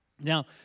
Now